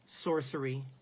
sorcery